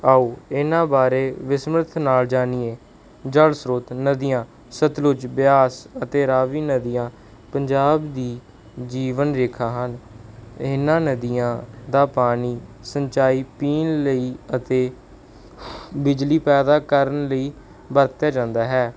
ਆਓ ਇਹਨਾਂ ਬਾਰੇ ਵਿਸਮਰਤ ਨਾਲ ਜਾਣੀਏ ਜਲ ਸਰੋਤ ਨਦੀਆਂ ਸਤਲੁਜ ਬਿਆਸ ਅਤੇ ਰਾਵੀ ਨਦੀਆਂ ਪੰਜਾਬ ਦੀ ਜੀਵਨ ਰੇਖਾ ਹਨ ਇਹਨਾਂ ਨਦੀਆਂ ਦਾ ਪਾਣੀ ਸਿੰਚਾਈ ਪੀਣ ਲਈ ਅਤੇ ਬਿਜਲੀ ਪੈਦਾ ਕਰਨ ਲਈ ਵਰਤਿਆ ਜਾਂਦਾ ਹੈ